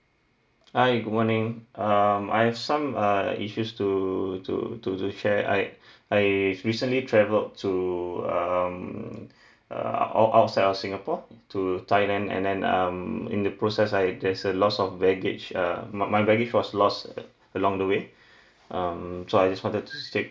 hi good morning um I have some uh issues to to to to share I I've recently travelled to um uh out outside of singapore to thailand and then um in the process I there's a loss of baggage uh my my baggage was lost uh along the way um so I just wanted to check